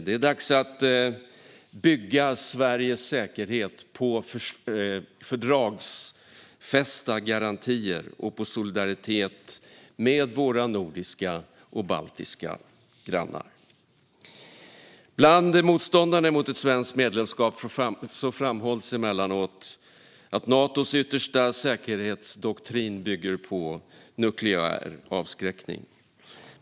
Det är dags att bygga Sveriges säkerhet på fördragsfästa garantier och på solidaritet med våra nordiska och baltiska grannar. Bland motståndarna mot ett svenskt medlemskap framhålls emellanåt att Natos yttersta säkerhetsdoktrin bygger på nukleär avskräckning.